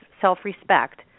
self-respect